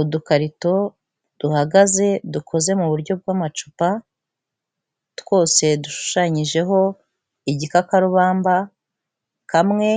Udukarito duhagaze, dukoze mu buryo bw'amacupa, twose dushushanyijeho igikakarubamba, kamwe